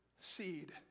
seed